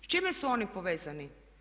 S čime su oni povezani?